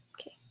okay